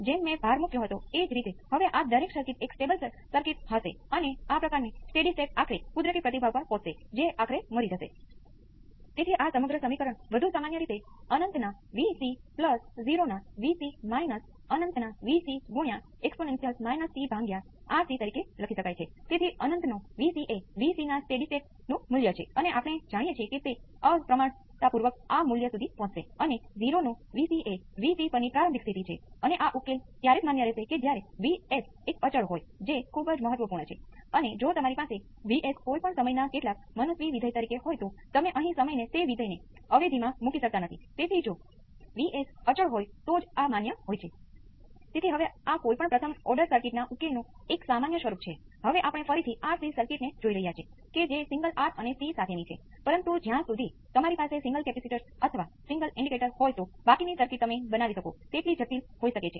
વિદ્યાર્થી જો હું વિકલન સમીકરણ અલગથી લખીશ તો આ R c d v c 1 d t V c 1 બરાબર V p cos ω t ϕ અને R c d v c 2 d t V c 2 એ V p sin ω t ϕ છે અહીં મુખ્ય વસ્તુ એ છે કે ગુણાંક બધા વાસ્તવિક છે જો તે ગુણાંક કાલ્પનિક માટે લઈએ તો તે એક સંપૂર્ણ માન્ય રેખીય વિકલન સમીકરણ છે જે આપણે અહી કરી શકતા નથી તો તમે તેમને પાર કરી શકશો મારો મતલબ છે કે આ તમને તે અને તેથી વધુ આપી શકે છે